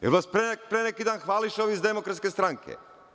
Jel vas pre neki dan hvališe ovi iz Demokratske stranke.